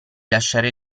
lasciare